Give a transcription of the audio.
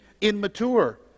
immature